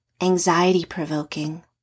anxiety-provoking